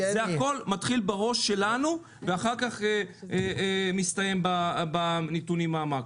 זה הכול מתחיל בראש שלנו ואחר כך מסתיים בנתונים המקרו.